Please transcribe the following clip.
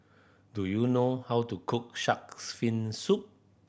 do you know how to cook Shark's Fin Soup